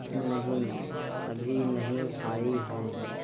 نہیں ابھی نہیں آئی ہیں